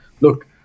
look